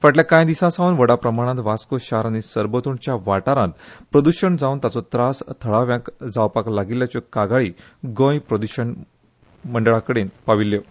फाटल्या कांय दिसां सावन व्हड प्रमाणांत वास्को आनी शार आनी सरभोंवतणच्या वाठारांत प्रद्शण जावन ताचो त्रास थळाव्यांक जावपाक लागिल्ल्याच्यो कागाळी गोंय प्रद्शण मंडळा मेरेन पाविल्ल्यो